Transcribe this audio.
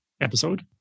episode